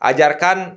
Ajarkan